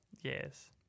Yes